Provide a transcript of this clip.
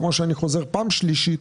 כמו שאני חוזר פעם השלישית,